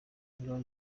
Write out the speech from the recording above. ingabo